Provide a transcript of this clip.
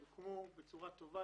הם מוקמו בצורה טובה.